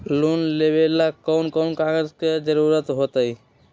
Loan लेवेला कौन कौन कागज के जरूरत होतई?